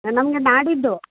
ನಮಗೆ ನಾಡಿದ್ದು